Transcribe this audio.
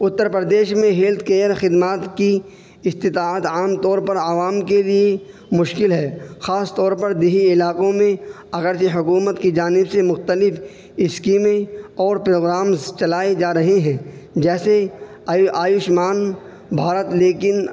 اتّر پردیش میں health care خدمات کی استطاعت عام طور پر عوام کے لیے مشکل ہے خاص طور پر دیہی علاقوں میں اگرچہ حکومت کی جانب سے مختلف اسکیمیں اور پروگرامز چلائے جا رہے ہیں جییسے آیوشمان بھارت لیکن